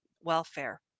welfare